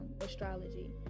astrology